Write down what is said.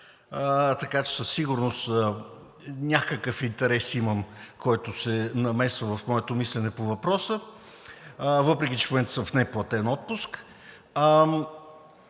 така че със сигурност имам някакъв интерес, който се намесва в моето мислене по въпроса, въпреки че в момента съм в неплатен отпуск.